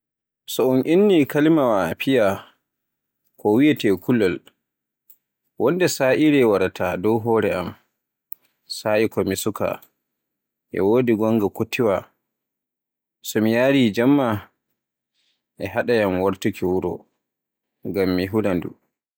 So un inni kalimaawa Fear ko wiyeete "Kuulol" wonde sa'ire waraata dow hore am, sa'i ko mi suuka, e wodi gonga kutiwa, so mi yaari jemma e hadaayam wartuki wuro, ngam mi hulandu.